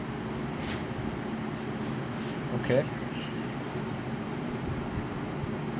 okay